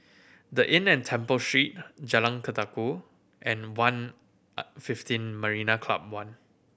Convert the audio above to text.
The Inn at Temple Street Jalan Ketuka and fifteen Marina Club One